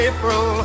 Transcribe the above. April